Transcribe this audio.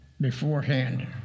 beforehand